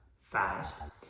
fast